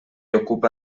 ocupa